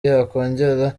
yakongera